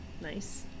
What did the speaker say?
Nice